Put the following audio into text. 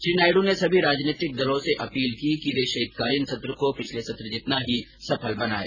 श्री नायडू ने सभी राजनीतिक दलों से अपील की कि वे शीतकालीन सत्र को पिछले सत्र के समान ही सफल बनाएं